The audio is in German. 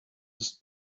ist